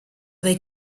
they